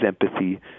empathy